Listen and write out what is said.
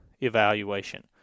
evaluation